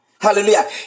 Hallelujah